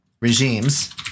regimes